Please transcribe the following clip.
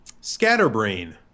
Scatterbrain